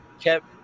kept